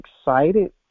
excited